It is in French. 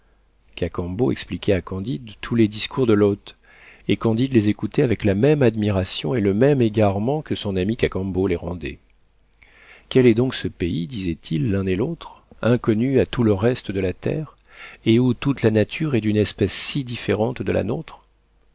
cacambo expliquait à candide tous les discours de l'hôte et candide les écoutait avec la même admiration et le même égarement que son ami cacambo les rendait quel est donc ce pays disaient-ils l'un et l'autre inconnu à tout le reste de la terre et où toute la nature est d'une espèce si différente de la nôtre